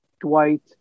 dwight